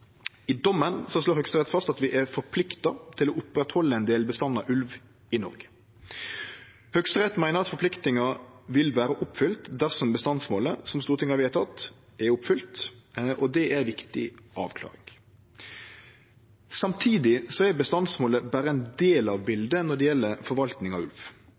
I dommen slår Høgsterett fast at vi er forplikta til å halde oppe ein delbestand av ulv i Noreg. Høgsterett meiner at forpliktinga vil vere oppfylt dersom bestandsmålet som Stortinget har vedteke, er oppfylt, og det er ei viktig avklaring. Samtidig er bestandsmålet berre ein del av biletet når det gjeld forvalting av